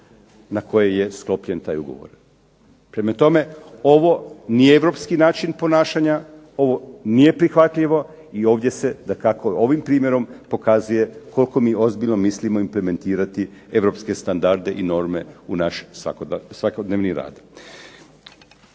na koje je sklopljen taj ugovor. Prema tome, ovo nije europski način ponašanja, ovo nije prihvatljivo, i ovdje se dakako ovim primjerom pokazuje koliko mi ozbiljno mislimo implementirati europske standarde i norme u naš svakodnevni rad.